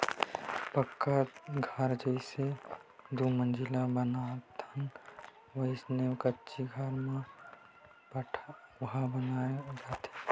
पक्का घर जइसे दू मजिला बनाथन वइसने कच्ची घर म पठउहाँ बनाय जाथे